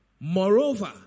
Moreover